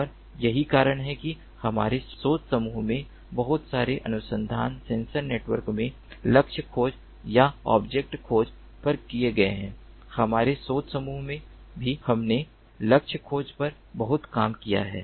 और यही कारण है कि हमारे शोध समूह में बहुत सारे अनुसंधान सेंसर नेटवर्क में लक्ष्य खोज या ऑब्जेक्ट खोज पर किए गए हैं हमारे शोध समूह में भी हमने लक्ष्य खोज पर बहुत काम किया है